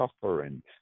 suffering